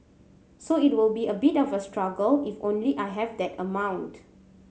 so it will be a bit of a struggle if only I have that amount